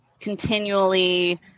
continually